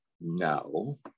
No